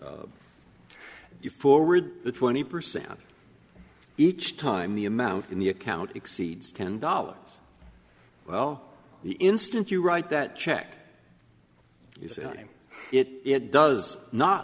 you forward the twenty percent each time the amount in the account exceeds ten dollars well the instant you write that check it does not